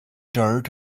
dirt